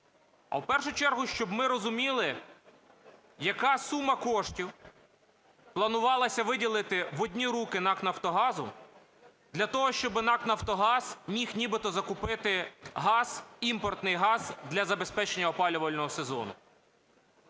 а в першу чергу, щоб ми розуміли, яка сума коштів планувалася виділити в одні руки НАК "Нафтогазу" для того, щоби НАК "Нафтогаз" міг нібито закупити газ, імпортний газ, для забезпечення опалювального сезону.